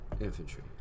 Infantry